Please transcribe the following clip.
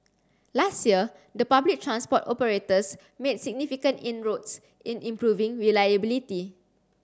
last year the public transport operators made significant inroads in improving reliability